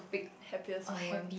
happiest moment